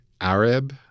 Arab